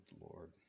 Lord